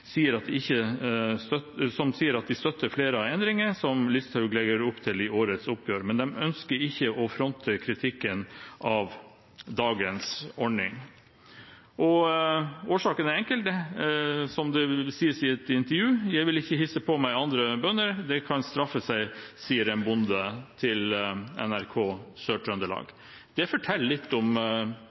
sier de støtter flere av endringene som Listhaug legger opp til i årets oppgjør, men de ønsker ikke å fronte kritikken av dagens ordning. Årsaken er enkel, og som det refereres i et intervju: – Jeg vil ikke hisse på meg andre bønder, det kan straffe seg siden, sier en bonde til NRK Sør-Trøndelag. Det forteller litt om